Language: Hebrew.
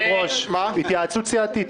אני מבקש התייעצות סיעתית.